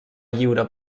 lliure